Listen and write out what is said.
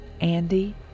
Andy